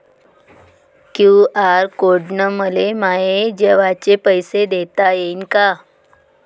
QR code न मले माये जेवाचे पैसे देता येईन का?